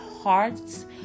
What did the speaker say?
hearts